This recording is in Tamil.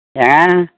ஏன்